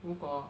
如果